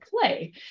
play